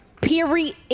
Period